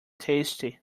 tasty